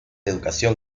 educación